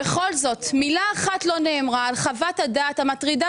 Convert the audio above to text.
מילה אחת לא נאמרה על חוות הדעת המטרידה